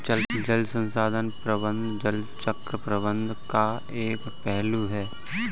जल संसाधन प्रबंधन जल चक्र प्रबंधन का एक पहलू है